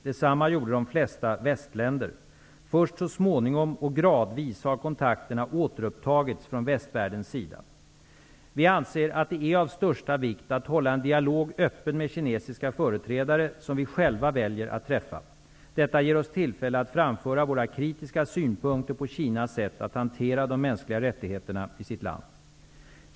Detsamma gjorde de flesta västländer. Först så småningom och gradvis har kontakterna återupptagits från västvärldens sida. Vi anser att det är av största vikt att hålla en dialog öppen med kinesiska företrädare, som vi själva väljer att träffa. Detta ger oss tillfälle att framföra våra kritiska synpunkter på Kinas sätt att hantera de mänskliga rättigheterna i sitt land.